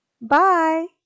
Bye